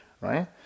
right